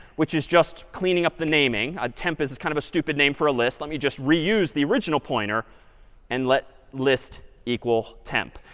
which is just cleaning up the naming. ah temp is is kind of a stupid name for a list. let me just reuse the original pointer and let list equal temp.